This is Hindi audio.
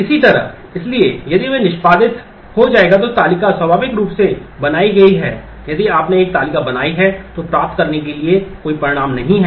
इसी तरह इसलिए यदि वह निष्पादित हो जाएगा तो तालिका स्वाभाविक रूप से बनाई गई है यदि आपने एक तालिका बनाई है तो प्राप्त करने के लिए कोई परिणाम नहीं है